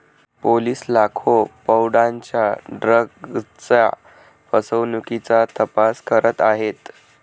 police लाखो पौंडांच्या ड्रग्जच्या फसवणुकीचा तपास करत आहेत